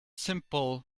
simple